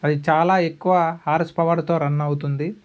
అది చాలా ఎక్కువ హార్స్ పవర్తో రన్ అవుతుంది